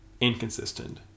inconsistent